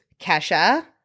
Kesha